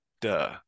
Duh